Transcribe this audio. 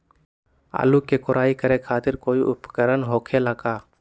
आलू के कोराई करे खातिर कोई उपकरण हो खेला का?